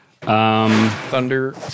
Thunder